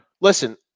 Listen